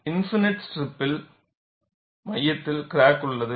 infinite ஸ்ட்ரிப்பில் மையத்தில் crack உள்ளது